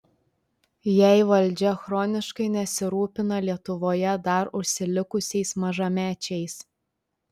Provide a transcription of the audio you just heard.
jei valdžia chroniškai nesirūpina lietuvoje dar užsilikusiais mažamečiais